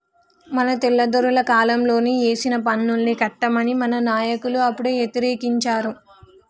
మన తెల్లదొరల కాలంలోనే ఏసిన పన్నుల్ని కట్టమని మన నాయకులు అప్పుడే యతిరేకించారు